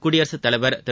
குடியரசுத்தலைவா் திரு